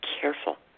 careful